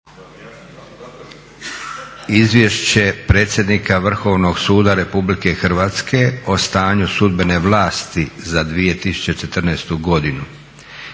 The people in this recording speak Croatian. Izvješće predsjednika Vrhovnog suda RH o stanju sudbene vlasti za 2014. godinu.